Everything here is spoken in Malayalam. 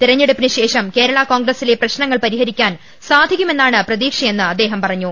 തെരഞ്ഞെടുപ്പിന് ശേഷം കേരള കോൺഗ്രസിലെ പ്രശ്നങ്ങൾ പരിഹരിക്കാൻ സാധിക്കുമെ ന്നാണ് പ്രതീക്ഷയെന്ന് അദ്ദേഹം പറഞ്ഞു